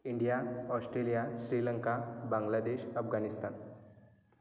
India Australia Sri Lanka Bangladesh Afghanistan